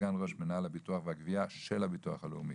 סגן ראש מנהל הביטוח והגבייה של הביטוח הלאומי,